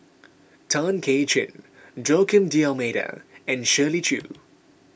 Tay Kay Chin Joaquim D'Almeida and Shirley Chew